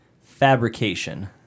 Fabrication